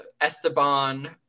Esteban